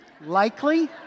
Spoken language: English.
Likely